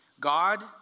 God